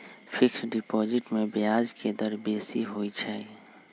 fixed deposit में ब्याज के दर बेशी होइ छइ